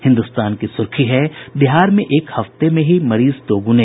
हिन्दुस्तान की सुर्खी है बिहार में एक हफ्ते में ही मरीज दोगुने